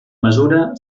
mesura